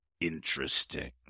interesting